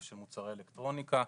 או שמוצרי אלקטרוניקה,